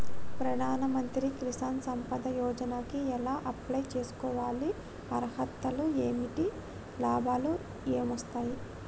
ప్రధాన మంత్రి కిసాన్ సంపద యోజన కి ఎలా అప్లయ్ చేసుకోవాలి? అర్హతలు ఏంటివి? లాభాలు ఏమొస్తాయి?